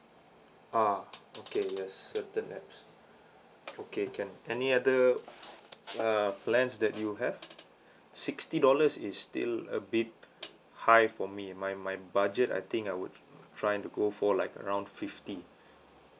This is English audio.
ah okay yes certain apps okay can any other uh plans that you have sixty dollars is still a bit high for me my my budget I think I would try and go for like around fifty